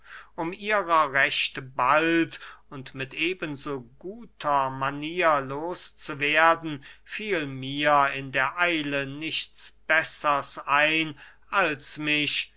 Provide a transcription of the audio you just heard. um ihrer recht bald und mit eben so guter manier los zu werden fiel mir in der eile nichts bessers ein als mich